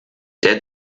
der